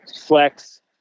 flex